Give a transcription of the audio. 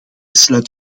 sluit